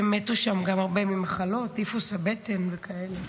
ומתו שם גם הרבה ממחלות, טיפוס הבטן וכאלה.